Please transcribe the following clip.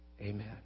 Amen